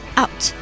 out